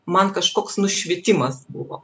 man kažkoks nušvitimas buvo